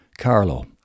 Carlo